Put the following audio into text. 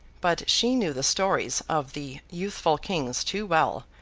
but she knew the stories of the youthful kings too well,